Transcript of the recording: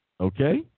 Okay